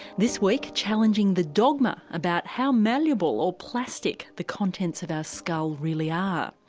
this week, challenging the dogma about how malleable or plastic the contents of our skull really are.